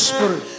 Spirit